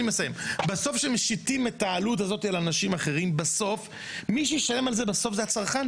בסוף כשמשיתים את העלות הזאת על אנשים אחרים מי שישלם זה הצרכן,